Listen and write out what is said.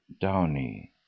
downy